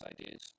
ideas